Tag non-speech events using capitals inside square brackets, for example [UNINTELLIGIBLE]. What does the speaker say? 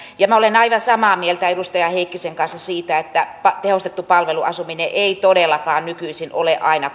minä olen aivan samaa mieltä edustaja heikkisen kanssa siitä että tehostettu palveluasuminen ei todellakaan nykyisin ole aina [UNINTELLIGIBLE]